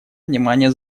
внимание